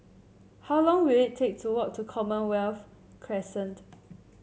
how long will it take to walk to Commonwealth Crescent